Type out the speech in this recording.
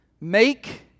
Make